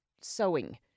sewing